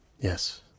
Yes